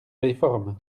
réforme